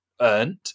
earned